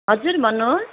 हजुर भन्नुहोस्